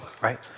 right